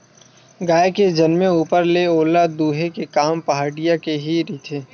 गाय के जनमे ऊपर ले ओला दूहे के काम पहाटिया के ही रहिथे